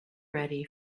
ready